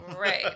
Right